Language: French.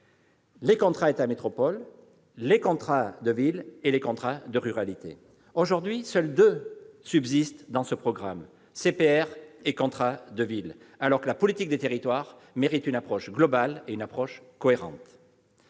les contrats État-métropole, les contrats de ville et les contrats de ruralité. Aujourd'hui, deux d'entre eux seulement subsistent dans ce programme, les CPER et les contrats de ville, alors que la politique des territoires mérite une approche globale et cohérente.